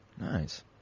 Nice